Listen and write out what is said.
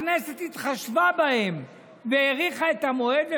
הכנסת התחשבה בהם והאריכה את המועד.